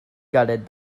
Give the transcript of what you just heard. gutted